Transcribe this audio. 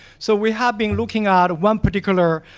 so we have been looking at one particular,